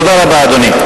תודה רבה, אדוני.